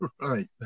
right